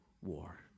war